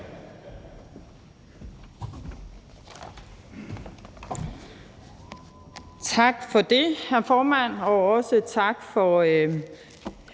Tak for det, hr. formand, og også tak for,